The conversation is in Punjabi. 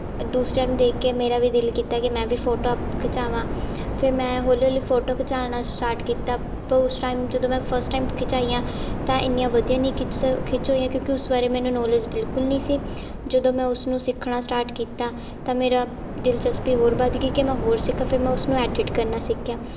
ਦੂਸਰਿਆਂ ਨੂੰ ਦੇਖ ਕੇ ਮੇਰਾ ਵੀ ਦਿਲ ਕੀਤਾ ਕਿ ਮੈਂ ਵੀ ਫੋਟੋ ਖਿਚਾਵਾਂ ਫਿਰ ਮੈਂ ਹੌਲੀ ਹੌਲੀ ਫੋਟੋ ਖਿਚਾਉਣਾ ਸਟਾਰਟ ਕੀਤਾ ਪ ਉਸ ਟਾਈਮ ਜਦੋਂ ਮੈਂ ਫਸਟ ਟਾਈਮ ਖਿਚਾਈਆਂ ਤਾਂ ਇੰਨੀਆਂ ਵਧੀਆ ਨਹੀਂ ਖਿੱਚ ਸ ਖਿੱਚ ਹੋਈਆਂ ਕਿਉਂਕਿ ਉਸ ਬਾਰੇ ਮੈਨੂੰ ਨੌਲੇਜ ਬਿਲਕੁਲ ਨਹੀਂ ਸੀ ਜਦੋਂ ਮੈਂ ਉਸਨੂੰ ਸਿੱਖਣਾ ਸਟਾਰਟ ਕੀਤਾ ਤਾਂ ਮੇਰਾ ਦਿਲਚਸਪੀ ਹੋਰ ਵੱਧ ਗਈ ਕਿ ਮੈਂ ਹੋਰ ਸਿੱਖਾਂ ਫਿਰ ਮੈਂ ਉਸਨੂੰ ਐਡਿਟ ਕਰਨਾ ਸਿਖਿਆ